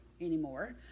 anymore